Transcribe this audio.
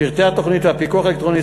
ואת פרטי תוכנית הפיקוח האלקטרוני,